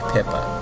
Pippa